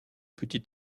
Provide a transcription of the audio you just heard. petit